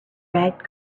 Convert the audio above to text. red